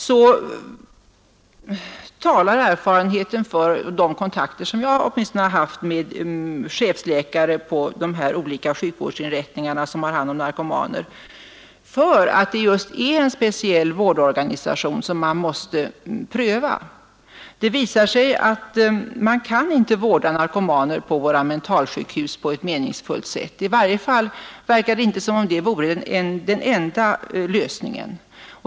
Erfarenheten, eller åtminstone de kontakter som jag har haft med chefsläkare på de olika sjukvårdsinrättningar som har hand om narkomaner, talar emellertid för att det just är en speciell vårdorganisation som man måste pröva. Det visar sig att man inte kan vårda narkomaner på våra mentalsjukhus på ett meningsfullt sätt; i varje fall verkar det inte som om det vore den enda lösningen.